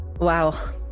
Wow